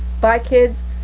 bye kids,